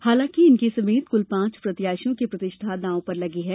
हालाकि इनके समेत कुल पांच प्रत्याशियों की प्रतिष्ठा दाव पर लगी है